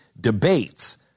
debates